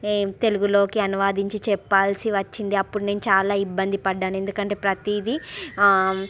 తెలుగులోకి అనువదించి చెప్పాల్సి వచ్చింది అప్పుడు నేను చాలా ఇబ్బంది పడ్డాను ఎందుకంటే ప్రతీది